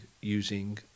using